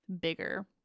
bigger